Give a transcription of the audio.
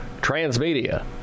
Transmedia